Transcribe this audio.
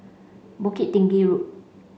Bukit Tinggi Road